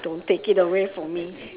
don't take it away from me